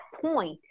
point